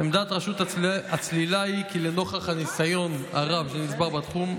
עמדת רשות הצלילה היא כי לנוכח הניסיון הרב שנצבר בתחום,